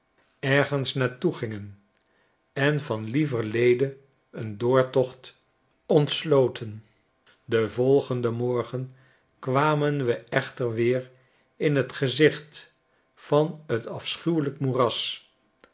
doen ergensnaar toe gingen en van lieverlede een doortocht ontsloten den volgenden morgen kwamen we echter weer in t gezicht van t afschuwelijk moeras